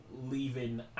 leaving